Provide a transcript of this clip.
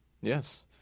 Yes